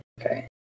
Okay